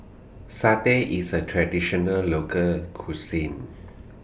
Satay IS A Traditional Local Cuisine